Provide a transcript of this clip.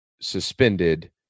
suspended